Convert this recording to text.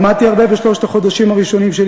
למדתי הרבה בשלושת החודשים הראשונים שלי